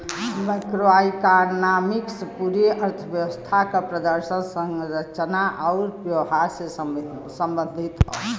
macroeconomics पूरे अर्थव्यवस्था क प्रदर्शन, संरचना आउर व्यवहार से संबंधित हौ